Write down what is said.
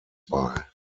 bei